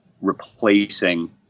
replacing